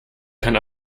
kann